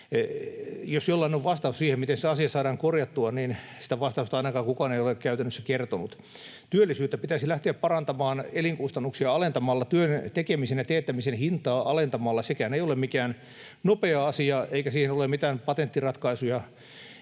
Jos jollain on vastaus siihen, miten se asia saadaan korjattua, niin sitä vastausta ainakaan kukaan ei ole käytännössä kertonut. Työllisyyttä pitäisi lähteä parantamaan elinkustannuksia alentamalla, työn tekemisen ja teettämisen hintaa alentamalla. Sekään ei ole mikään nopea asia, eikä siihen ole mitään patenttiratkaisuja.